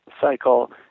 Cycle